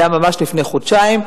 זה היה ממש לפני חודשיים.